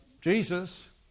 Jesus